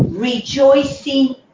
Rejoicing